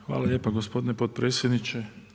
Hvala lijepa gospodine potpredsjedniče.